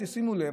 אם תשימו לב,